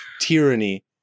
tyranny